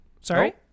sorry